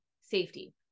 safety